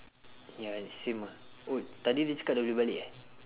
ya same ah oh tadi dia cakap dah boleh balik eh